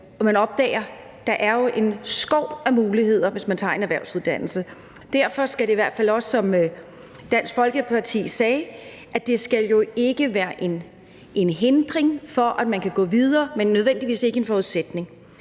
og man opdager, at der jo er en skov af muligheder, hvis man tager en erhvervsuddannelse. Derfor skal det jo i hvert fald, som Dansk Folkeparti sagde, ikke være en hindring for, at man kan gå videre, men ikke nødvendigvis en forudsætning.